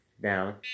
down